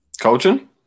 Coaching